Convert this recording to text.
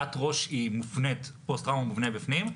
כי בפגיעת ראש פוסט-טראומה מובנה בפנים,